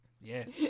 Yes